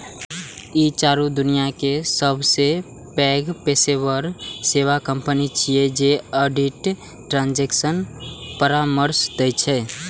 ई चारू दुनियाक सबसं पैघ पेशेवर सेवा कंपनी छियै जे ऑडिट, ट्रांजेक्शन परामर्श दै छै